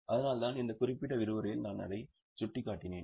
அதனால்தான் இந்த குறிப்பிட்ட விரிவுரையில் நான் அதை சுட்டிக்காட்டினேன்